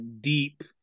deep